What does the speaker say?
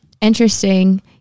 interesting